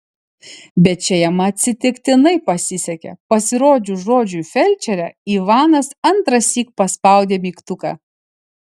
bet čia jam atsitiktinai pasisekė pasirodžius žodžiui felčerė ivanas antrąsyk paspaudė mygtuką